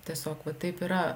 tiesiog va taip yra